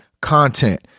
content